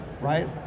right